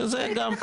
שזה גם --- תגיד,